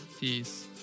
Peace